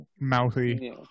mouthy